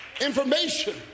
information